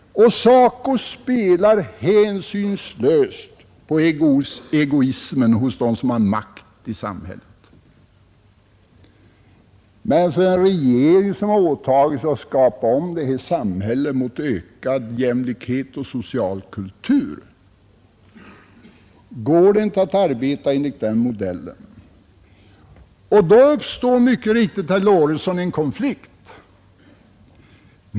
Och SACO spelar hänsynslöst på egoismen hos dem som har makten i samhället. Men för en regering som åtagit sig att skapa om det här samhället mot ökad jämlikhet och social kultur går det inte att arbeta enligt den modellen. Då uppstår mycket riktigt, herr Lorentzon, en konflikt.